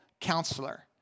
counselor